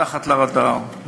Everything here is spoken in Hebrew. מתחת לרדאר,